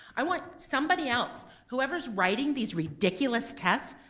i want somebody else, whoever's writing these ridiculous tests,